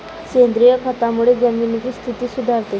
सेंद्रिय खतामुळे जमिनीची स्थिती सुधारते